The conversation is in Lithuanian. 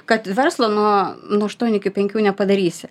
kad verslo nuo nuo aštuonių iki penkių nepadarysi